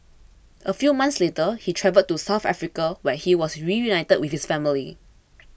a few months later he travelled to South Africa where he was reunited with his family